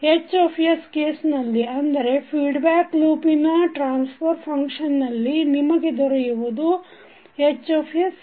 H case ನಲ್ಲಿ ಅಂದರೆ feedback ಲೂಪಿನ ಟ್ರಾನ್ಸ್ ಫರ್ ಫಂಕ್ಷನ್ ನಲ್ಲಿ ನಿಮಗೆ ದೊರೆಯುವುದುHZY